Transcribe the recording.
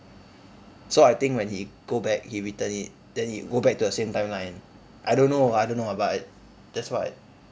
so I think when he go back he return it then he go back to the same timeline I don't know I don't know but that's what I